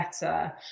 better